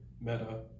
Meta